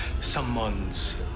someone's